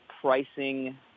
pricing